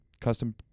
custom